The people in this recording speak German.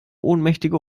ohnmächtige